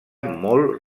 molt